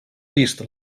vist